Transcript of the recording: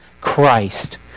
Christ